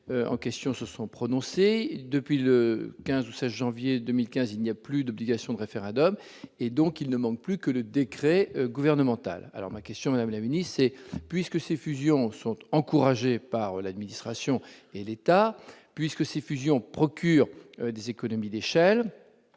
en question se sont prononcés depuis le 15 ou 16 janvier 2015, il n'y a plus d'obligation de référendum et donc il ne manque plus que le décret gouvernemental alors ma question, madame la c'est puisque ces fusions sont encouragés par l'administration et l'État puisque ces fusions procure des économies d'échelle,